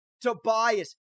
Tobias